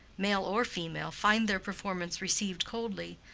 male or female, find their performance received coldly,